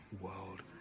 world